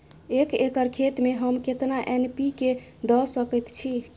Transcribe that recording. एक एकर खेत में हम केतना एन.पी.के द सकेत छी?